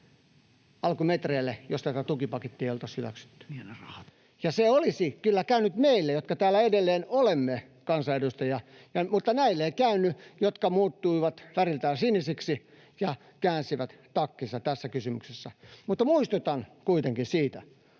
alkumetreille, jos tätä tukipakettia ei oltaisi hyväksytty. Se olisi kyllä käynyt meille, jotka täällä edelleen olemme kansanedustajia, mutta näille ei käynyt, jotka muuttuivat väriltään sinisiksi ja käänsivät takkinsa tässä kysymyksessä. Muistutan kuitenkin, että